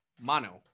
mono